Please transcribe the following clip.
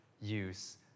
use